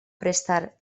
prestar